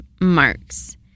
Marks